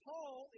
Paul